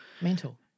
mental